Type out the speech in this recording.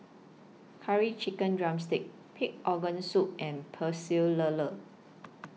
Curry Chicken Drumstick Pig Organ Soup and Pecel Lele